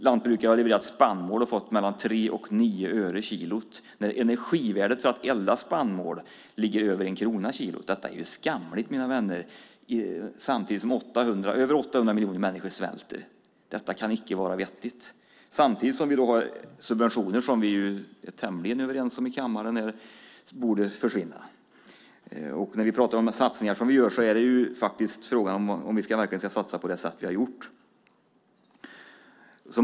Lantbrukare har levererat spannmål och fått mellan 3 och 9 öre kilot när energivärdet för att elda spannmål ligger över 1 krona kilot. Detta är skamligt, mina vänner, samtidigt som över 800 miljoner människor svälter. Detta kan inte vara vettigt. Vi har subventioner som vi är tämligen överens om i kammaren borde försvinna. När vi pratar om satsningar som vi gör är det frågan om vi ska satsa på det sätt vi har gjort.